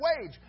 wage